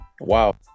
Wow